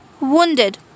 Wounded